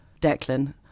Declan